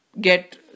get